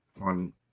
on